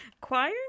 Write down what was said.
choir